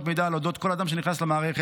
מידע על אודות כל אדם שנכנס למערכת,